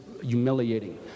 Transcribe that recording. humiliating